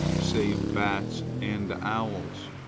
save bats and owls,